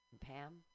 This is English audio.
Pam